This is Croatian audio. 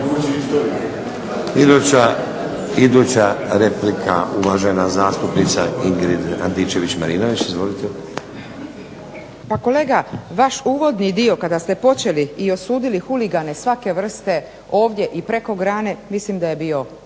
Iduća replika, uvažena zastupnica Ingrid Antičević-Marinović. Izvolite. **Antičević Marinović, Ingrid (SDP)** Pa kolega, vaš uvodni dio kada ste počeli i osudili huligane svake vrste ovdje i preko grane mislim da je bio